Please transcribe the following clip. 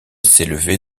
s’élevait